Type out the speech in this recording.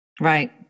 Right